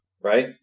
right